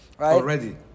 Already